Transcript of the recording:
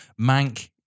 Mank